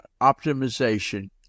optimization